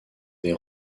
des